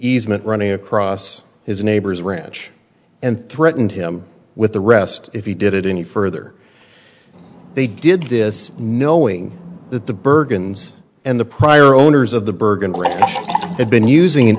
easement running across his neighbor's ranch and threatened him with the rest if he did it any further they did this knowing that the bergen's and the prior owners of the bergen had been using an